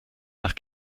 nach